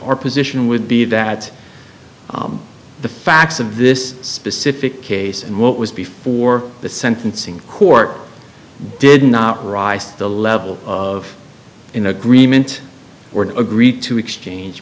our position would be that the facts of this specific case and what was before the sentencing court did not rise to the level of in agreement we're agreed to exchange